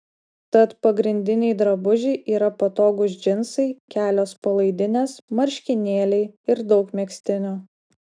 tad pagrindiniai drabužiai yra patogūs džinsai kelios palaidinės marškinėliai ir daug megztinių